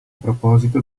proposito